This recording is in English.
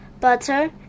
butter